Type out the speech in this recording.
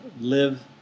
live